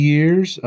Years